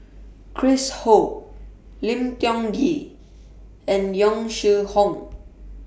Chris Ho Lim Tiong Ghee and Yong Shu Hoong